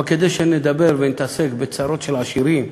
אבל כדי שנדבר ונתעסק בצרות של עשירים,